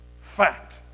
fact